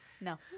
No